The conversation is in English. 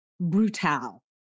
brutal